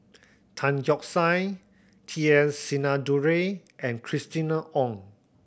Tan Keong Saik T S Sinnathuray and Christina Ong